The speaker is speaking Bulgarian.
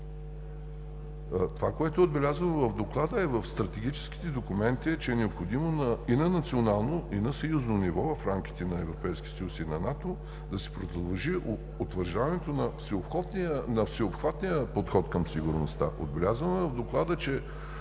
Това, което е отбелязано в Доклада и в стратегическите документи, е че е необходимо и на национално, и на съюзно ниво в рамките на Европейския съюз и на НАТО да се продължи утвърждаването на всеобхватния подход към сигурността. В доклада е